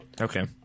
Okay